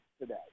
today